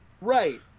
Right